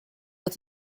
with